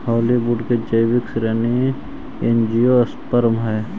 hardwood के जैविक श्रेणी एंजियोस्पर्म हइ